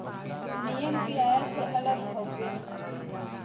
नियम किराया से अलग हउवे